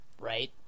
right